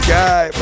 guy